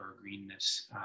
greenness